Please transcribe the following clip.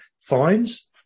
fines